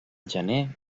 gener